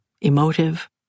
emotive